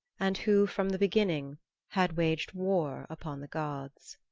and who from the beginning had waged war upon the gods.